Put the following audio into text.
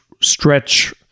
stretch